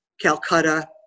Calcutta